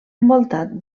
envoltat